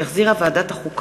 שהחזירה ועדת החוץ